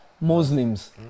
Muslims